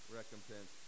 recompense